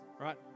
right